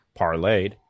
parlayed